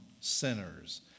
sinners